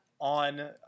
on